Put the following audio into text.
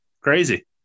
Crazy